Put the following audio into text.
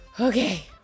Okay